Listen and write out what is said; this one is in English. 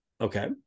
okay